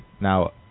Now